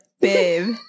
babe